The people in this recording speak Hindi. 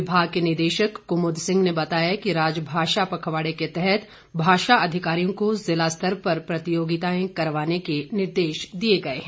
विभाग के निदेशक कुमुद सिंह ने बताया कि राजभाषा पखवाड़े के तहत भाषा अधिकारियों को जिला स्तर पर प्रतियोगिताएं करवाने के निर्देश दिए गए हैं